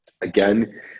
Again